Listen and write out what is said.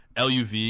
LUV –